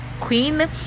queen